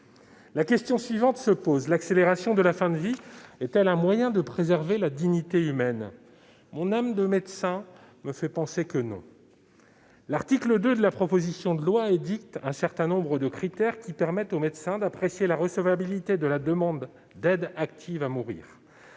La question suivante se pose : l'accélération de la fin de vie est-elle un moyen de préserver la dignité humaine ? Mon âme de médecin me fait penser que non. L'article 2 de la proposition de loi édicte un certain nombre de critères qui permettent aux médecins d'apprécier la recevabilité de la demande d'aide active à mourir.